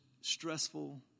stressful